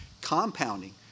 compounding